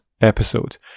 episode